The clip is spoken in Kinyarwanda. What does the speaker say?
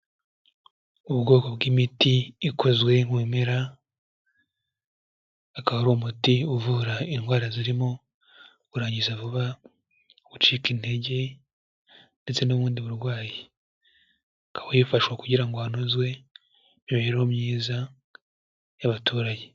Ubwoko bw'imiti ikozwe mu bimera, akaba ari umuti uvura indwara zirimo kurangiza vuba, gucika intege ndetse n'ubundi burwayi, ikaba yifashwa kugira ngo hanozwe imibereho myiza y'abaturage.